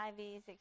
IVs